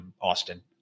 Austin